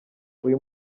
uyu